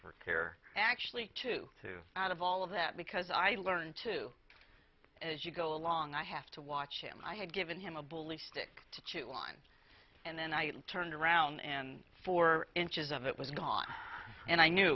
for care actually to to out of all of that because i learn to as you go along i have to watch him i had given him a bully stick to chew on and then i turned around and four inches of it was gone and i knew